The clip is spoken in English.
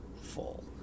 full